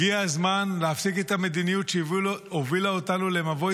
הגיע הזמן להפסיק את המדיניות שהובילה אותנו למבוי